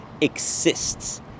exists